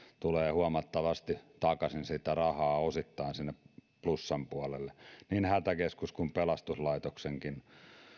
tulee huomattavasti takaisin rahaa sinne plussan puolelle niin hätäkeskusten kuin pelastuslaitoksenkin